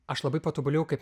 aš labai patobulėjau kaip